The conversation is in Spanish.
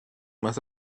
más